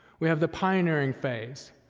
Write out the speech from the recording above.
we have the pioneering phase,